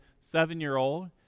seven-year-old